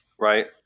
right